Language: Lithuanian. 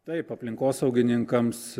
taip aplinkosaugininkams